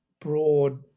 broad